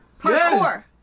Parkour